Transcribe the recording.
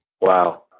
Wow